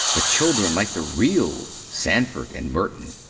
but children like the real sandford and merton.